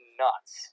nuts